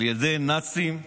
על ידי נאצים חדשים,